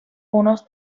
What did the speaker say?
unos